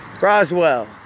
Roswell